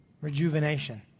rejuvenation